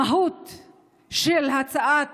המהות של הצעת